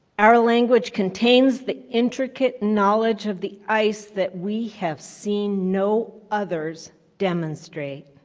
our language contains the intricate knowledge of the ice that we have seen no others demonstrate.